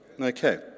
Okay